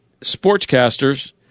sportscasters